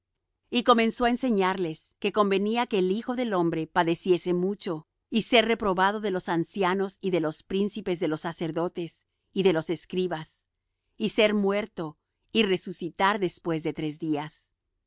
y comenzó á enseñarles que convenía que el hijo del hombre padeciese mucho y ser reprobado de los ancianos y de los príncipes de los sacerdotes y de los escribas y ser muerto y resucitar después de tres días y